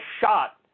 shot